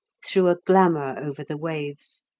threw a glamour over the waves.